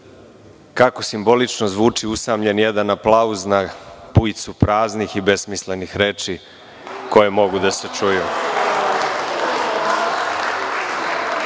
kako simbolično zvuči usamljen jedan aplauz na bujicu praznih i besmislenih reči koje mogu da se